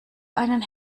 einen